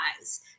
eyes